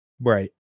Right